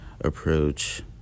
approach